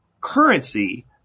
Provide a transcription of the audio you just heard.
currency